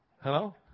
Hello